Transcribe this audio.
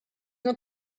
ont